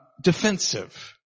defensive